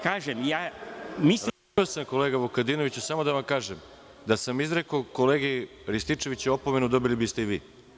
Kolega Vukadinoviću, samo da vam kažem, da sam izrekao kolegi Rističeviću opomenu, dobili biste je i vi.